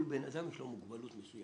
כל בן אדם יש לו מוגבלות מסוימת.